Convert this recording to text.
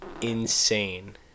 insane